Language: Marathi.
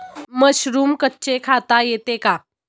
मशरूम कच्चे खाता येते का?